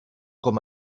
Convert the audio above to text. com